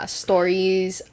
stories